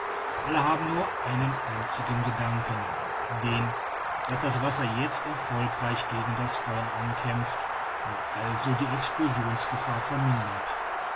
alle haben nur einen einzigen gedanken den daß das wasser jetzt erfolgreich gegen das feuer ankämpft und also die explosionsgefahr vermindert